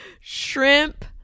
Shrimp